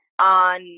on